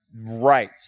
Right